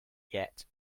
yet